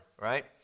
right